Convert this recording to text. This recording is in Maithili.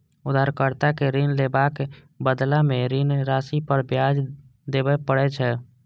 उधारकर्ता कें ऋण लेबाक बदला मे ऋण राशि पर ब्याज देबय पड़ै छै